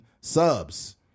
subs